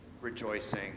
rejoicing